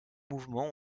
mouvements